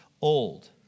old